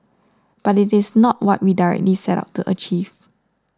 but it is not what we directly set out to achieve